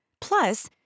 Plus